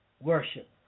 worship